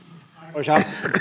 arvoisa